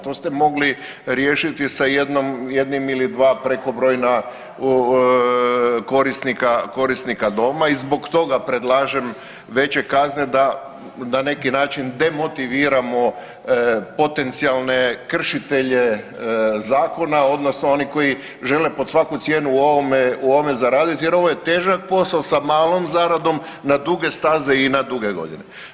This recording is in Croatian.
To ste mogli riješiti sa jednim ili dva prekobrojna korisnika doma i zbog toga predlažem veće kazne da na neki način demotiviramo potencijalne kršitelje zakona, odnosno oni koji žele pod svaku cijenu u ovome zaraditi jer ovo je težak posao sa malom zaradom na duge staze i na duge godine.